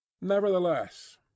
Nevertheless